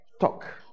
Talk